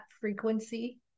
frequency